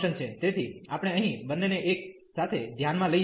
તેથી આપણે અહીં બંનેને એક સાથે ધ્યાનમાં લઈએ છીએ